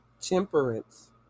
temperance